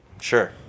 Sure